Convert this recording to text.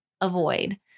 avoid